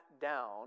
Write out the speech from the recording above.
down